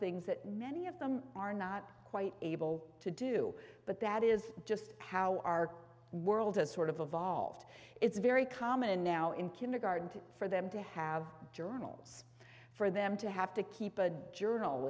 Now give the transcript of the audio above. things that many of them are not quite able to do but that is just how our world has sort of evolved it's very common now in kindergarten to for them to have journals for them to have to keep a journal